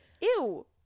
ew